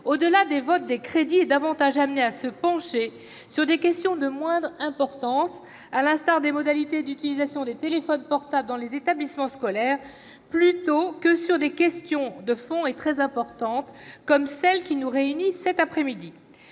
au-delà du vote des crédits, est davantage amené à se pencher sur des questions de faible importance- par exemple, les modalités d'utilisation des téléphones portables dans les établissements scolaires -plutôt que sur des questions de fond comme celle qui nous réunit cet après-midi.